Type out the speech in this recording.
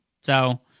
So-